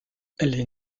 les